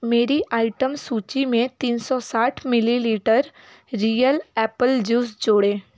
मेरी आइटम सूची में तीन सौ साठ मिलीलीटर रियल एप्पल जूस जोड़ें